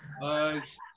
bugs